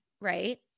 right